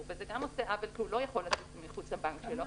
וזה גם עושה עוול כי הוא לא יכול לצאת מחוץ לבנק שלו,